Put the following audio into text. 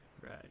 right